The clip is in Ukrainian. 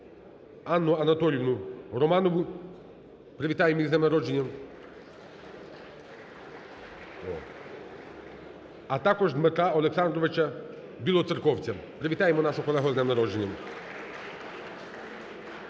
Анну Анатоліївну Романову. Привітаємо її з днем народження. (Оплески) А також Дмитра Олександровича Білоцерковця. Привітаємо нашого колегу з днем народження.